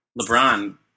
LeBron